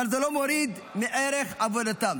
אבל זה לא מוריד מערך עבודתם.